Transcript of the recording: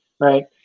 right